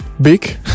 big